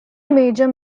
major